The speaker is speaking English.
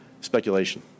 speculation